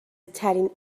ترین